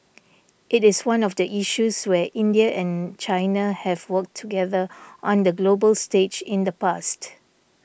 it is one of the issues where India and China have worked together on the global stage in the past